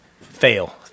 Fail